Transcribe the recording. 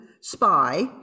spy